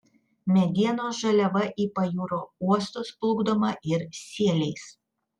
medienos žaliava į pajūrio uostus plukdoma ir sieliais